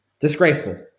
disgraceful